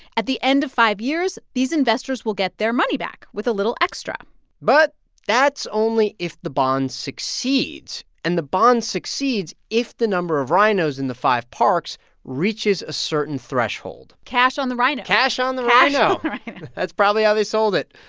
at the end of five years, these investors will get their money back with a little extra but that's only if the bond succeeds, and the bond succeeds if the number of rhinos in the five parks reaches a certain threshold cash on the rhino cash on the rhino cash on the rhino that's probably how they sold it.